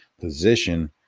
position